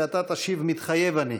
ואתה תשיב: מתחייב אני.